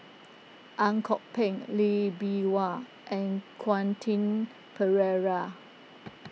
Ang Kok Peng Lee Bee Wah and Quentin Pereira